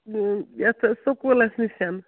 یَتھ سکوٗلَس نِش